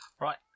Right